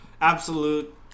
Absolute